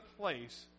place